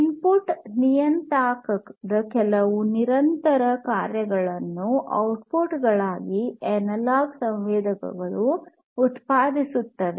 input ನಿಯತಾಂಕದ ಕೆಲವು ನಿರಂತರ ಕಾರ್ಯಗಳನ್ನು ಔಟ್ಪುಟ್ ಗಳಾಗಿ ಅನಲಾಗ್ ಸಂವೇದಕಗಳು ಉತ್ಪಾದಿಸುತ್ತವೆ